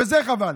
וזה חבל.